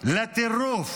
הטירוף